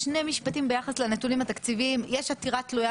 ביחס לנתונים התקציביים יש עתירה תלויה